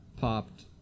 popped